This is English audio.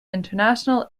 international